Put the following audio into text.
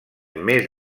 més